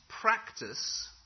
practice